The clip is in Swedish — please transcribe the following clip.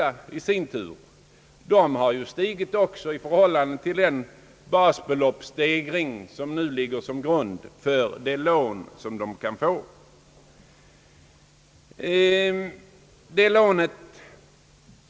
Prishöjningarna har medfört en höjning av det basbelopp som ligger till grund för de studerandes lån.